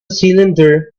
cylinder